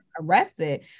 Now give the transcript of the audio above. Arrested